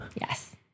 Yes